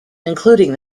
including